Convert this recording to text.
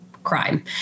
crime